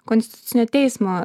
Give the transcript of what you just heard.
konstitucinio teismo